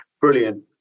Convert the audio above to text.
Brilliant